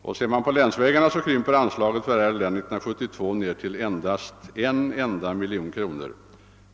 Vad beträffar länsvägarna krymper anslaget för R län 1972 till en enda miljon kronor.